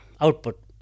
output